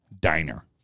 diner